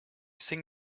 sing